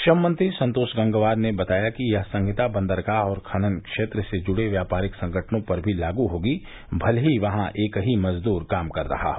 श्रममंत्री संतोष गंगवार ने बताया कि यह संहिता बंदरगाह और खनन क्षेत्र से जुड़े व्यापारिक संगठनों पर भी लागू होगी भले ही वहां एक ही मजदूर काम कर रहा हो